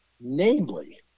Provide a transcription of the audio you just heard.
Namely